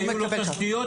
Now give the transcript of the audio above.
היו לו תשתיות?